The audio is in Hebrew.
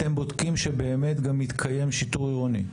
אתם בודקים שבאמת גם מתקיים שיטור עירוני?